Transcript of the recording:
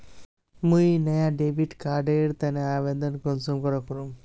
मुई नया debit card एर तने आवेदन कुंसम करे करूम?